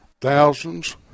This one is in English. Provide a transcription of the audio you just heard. thousands